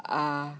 ah